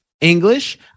English